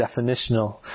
definitional